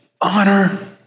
honor